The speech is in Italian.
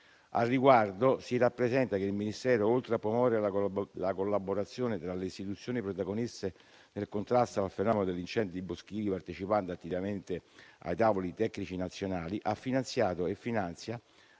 Al riguardo, si rappresenta che il Ministero, oltre a promuovere la collaborazione tra le istituzioni protagoniste nel contrasto al fenomeno degli incendi boschivi partecipando attivamente ai tavoli tecnici nazionali, ha finanziato e finanzia